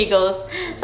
mm okay